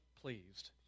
pleased